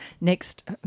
next